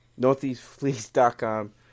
northeastfleece.com